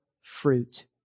fruit